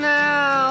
now